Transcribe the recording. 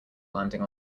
landing